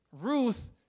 Ruth